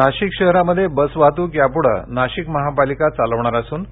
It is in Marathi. नाशिक बस वाहतक नाशिक शहरामध्ये बस वाहतूक यापूढे नाशिक महापालिका चालविणार असून